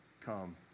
Come